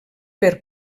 per